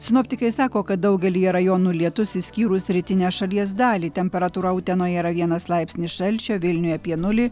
sinoptikai sako kad daugelyje rajonų lietus išskyrus rytinę šalies dalį temperatūra utenoje yra vienas laipsnį šalčio vilniuje apie nulį